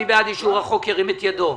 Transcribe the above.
מי בעד אישור החוק, ירים את ידו.